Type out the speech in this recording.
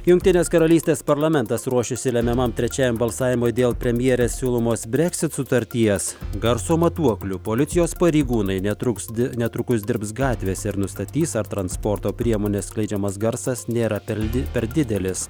jungtinės karalystės parlamentas ruošiasi lemiamam trečiajam balsavimui dėl premjerės siūlomos breksit sutarties garso matuokliu policijos pareigūnai netruks netrukus dirbs gatvėse ir nustatys ar transporto priemonės skleidžiamas garsas nėra per per didelis